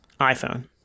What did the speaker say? iPhone